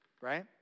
right